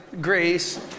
grace